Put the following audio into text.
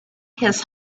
his